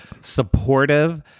supportive